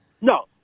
No